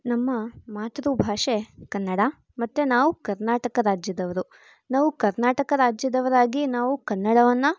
ನಮ್ಮ ಮಾತೃಭಾಷೆ ಕನ್ನಡ ಮತ್ತು ನಾವು ಕರ್ನಾಟಕ ರಾಜ್ಯದವರು ನಾವು ಕರ್ನಾಟಕ ರಾಜ್ಯದವರಾಗಿ ನಾವು ಕನ್ನಡವನ್ನು